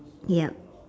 yup